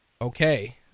Okay